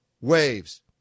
waves